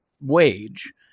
wage